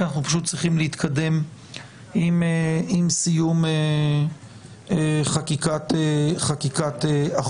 כי אנחנו פשוט צריכים להתקדם עם סיום חקיקת החוק.